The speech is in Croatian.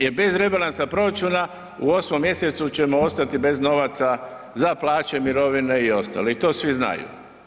Jer bez rebalansa proračuna u 8 mj. ćemo ostati bez novaca za plaće, mirovine i ostalo i to svi znaju.